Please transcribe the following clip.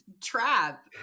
trap